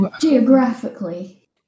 geographically